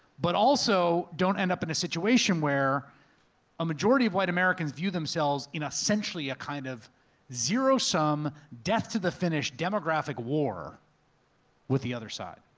but also, don't end up in a situation where a majority of white americans view themselves in essentially a kind of zero sum, death to the finish demographic war with the other side.